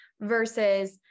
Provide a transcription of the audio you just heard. versus